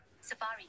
safari